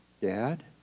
dad